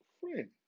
friend